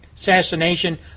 assassination